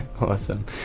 Awesome